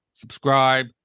subscribe